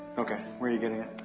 okay. where are you getting it?